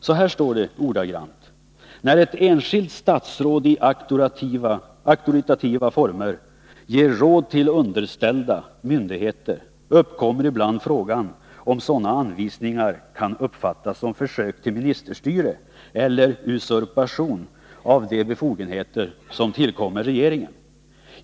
Så här står det: ”När ett enskilt statsråd i auktoritativa former ger råd till underställda myndigheter uppkommer ibland frågan om sådana anvisningar kan uppfattas som försök till ”ministerstyre” eller usurpation av de befogenheter som tillkommer regeringen.